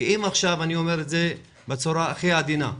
אני אומר את זה בצורה הכי עדינה,